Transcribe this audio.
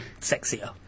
sexier